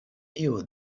tiu